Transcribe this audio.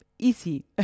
easy